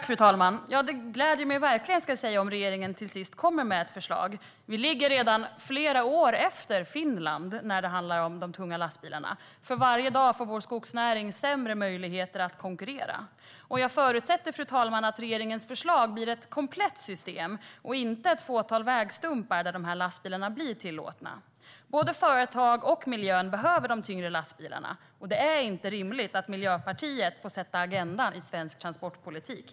Fru talman! Det gläder mig verkligen, ska jag säga, om regeringen till sist kommer med ett förslag. Vi ligger redan flera år efter Finland när det handlar om de tunga lastbilarna. För varje dag får vår skogsnäring sämre möjligheter att konkurrera. Jag förutsätter, fru talman, att regeringens förslag blir ett komplett system och inte ett fåtal vägstumpar där dessa lastbilar är tillåtna. Både företagen och miljön behöver de tyngre lastbilarna, och det är inte rimligt att Miljöpartiet får sätta agendan i svensk transportpolitik.